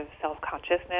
self-consciousness